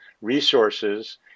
Resources